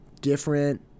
different